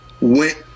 went